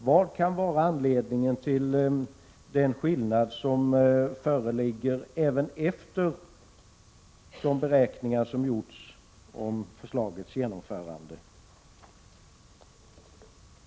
Vad kan vara anledningen till den skillnad som föreligger även efter förslagets genomförande?